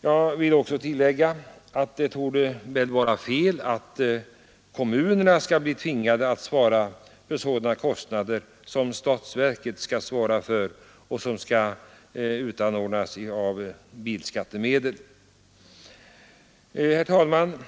Jag vill också tillägga att det torde vara fel att kommunerna skall bli tvingade att svara för sådana kostnader som statsverket skall svara för och som skall täckas av bilskattemedel. Herr talman!